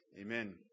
Amen